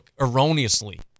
erroneously